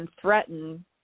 threaten